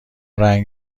رنگ